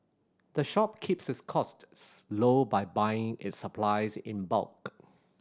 the shop keeps its costs low by buying its supplies in bulk